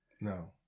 No